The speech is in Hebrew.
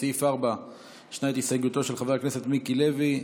לסעיף 4 יש הסתייגותו של חבר הכנסת מיקי לוי.